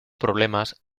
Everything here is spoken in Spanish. problemas